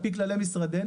על פי כללי משרדנו,